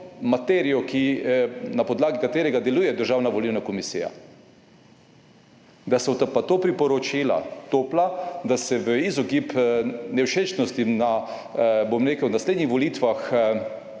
materijo, na podlagi katerega deluje Državna volilna komisija. Da so pa to priporočila topla, da se v izogib nevšečnosti na, bom rekel, v naslednjih volitvah